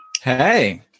Hey